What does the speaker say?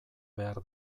behar